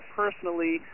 personally